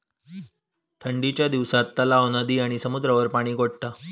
ठंडीच्या दिवसात तलाव, नदी आणि समुद्रावर पाणि गोठता